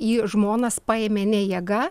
į žmonas paėmė ne jėga